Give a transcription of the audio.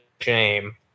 shame